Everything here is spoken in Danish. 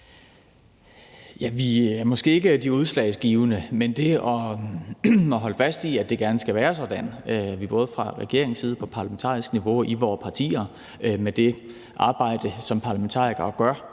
Vi er måske ikke de udslagsgivende, men det er vigtigt at holde fast i, at det gerne skal være sådan, både fra regeringens side, på parlamentarisk niveau og i vores partier med det arbejde, som parlamentarikere gør,